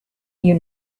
you